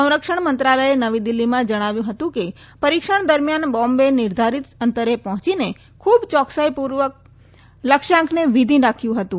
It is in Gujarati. સંરક્ષણ મંત્રાલયે નવી દિલ્હીમાં જણાવ્યું હતું કે પરિક્ષણ દરમિયાન બોમ્બે નિર્ધારિત અંતરે પહોંચીને ખૂબ ચોક્સાઈ સાથે લક્ષ્યાંકને વિધિ નાખ્યું હતું